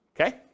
okay